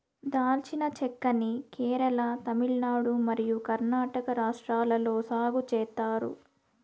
దాల్చిన చెక్క ని కేరళ, తమిళనాడు మరియు కర్ణాటక రాష్ట్రాలలో సాగు చేత్తారు